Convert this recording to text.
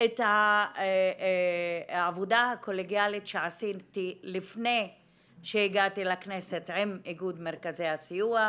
את העבודה הקולגיאלית שעשיתי לפני שהגעתי לכנסת עם איגוד מרכזי הסיוע.